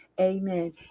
Amen